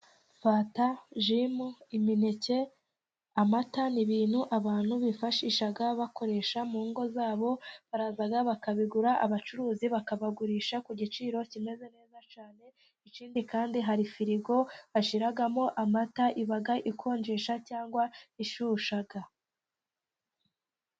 Fanta, vimu, imineke, amata ni ibintu abantu bifashisha bakoresha mu ngo zabo, baraza bakabigura, abacuruzi bakabagurisha ku giciro kimeze neza cyane, ikindi kandi hari firigo bashyiramo amata iba ikonjesha cyangwa ishyushya.